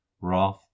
wrath